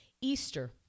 Easter